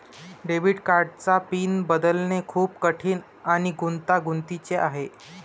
debit कार्डचा PIN बदलणे खूप कठीण आणि गुंतागुंतीचे आहे